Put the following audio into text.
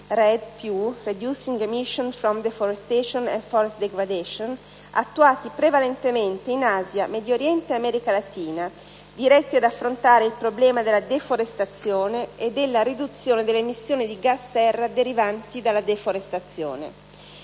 "REDD+" (*Reducing Emissions from Deforestation and Forest Degradation*), attuati prevalentemente in Asia, Medio Oriente e America Latina, diretti ad affrontare il problema della deforestazione e della riduzione delle emissioni di gas serra derivanti dalla deforestazione.